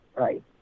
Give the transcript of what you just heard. Right